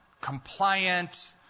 compliant